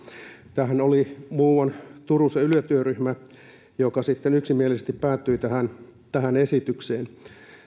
tämähän oli muuan turusen yle työryhmä joka sitten yksimielisesti päätyi tähän tähän esitykseen